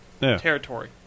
territory